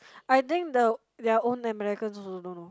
I think the their own Americans also don't know